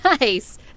Nice